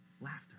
Laughter